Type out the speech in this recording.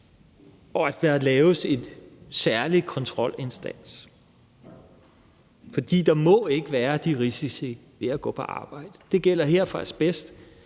og at der laves en særlig kontrolinstans. For der må ikke være de risici ved at gå på arbejde. Det gælder her for asbest.